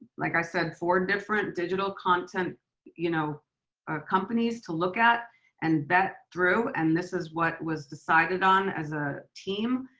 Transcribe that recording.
like i said, four different digital content you know ah companies to look at and vet through, and this is what was decided on as a team.